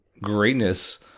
greatness